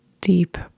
deep